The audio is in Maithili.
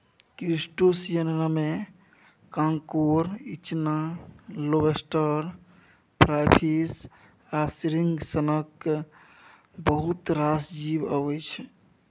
क्रुटोशियनमे कांकोर, इचना, लोबस्टर, क्राइफिश आ श्रिंप सनक बहुत रास जीब अबै छै